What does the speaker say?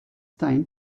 time